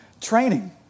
training